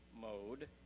mode